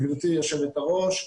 גברתי יושבת הראש,